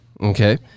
Okay